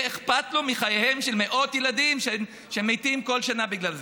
אכפת לו מחייהם של מאות ילדים שמתים כל שנה בגלל זה.